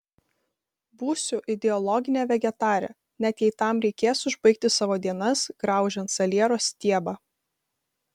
būsiu ideologinė vegetarė net jei tam reikės užbaigti savo dienas graužiant saliero stiebą